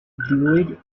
buried